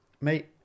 mate